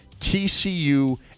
TCU